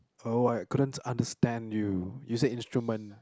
oh I couldn't understand you you said instrument